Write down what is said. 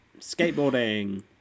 Skateboarding